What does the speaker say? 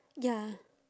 ya